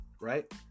right